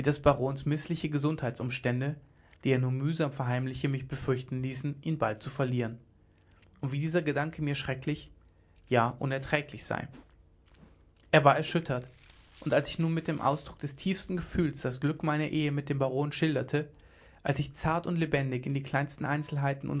des barons mißliche gesundheitsumstände die er nur mühsam verheimliche mich befürchten ließen ihn bald zu verlieren und wie dieser gedanke mir schrecklich ja unerträglich sei er war erschüttert und als ich nun mit dem ausdruck des tiefsten gefühls das glück meiner ehe mit dem baron schilderte als ich zart und lebendig in die kleinsten einzelheiten